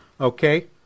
Okay